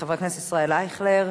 חבר הכנסת ישראל אייכלר,